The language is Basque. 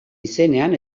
izenean